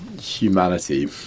humanity